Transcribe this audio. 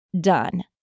done